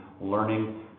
learning